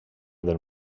del